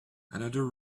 another